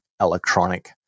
electronic